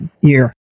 year